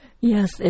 Yes